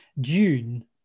June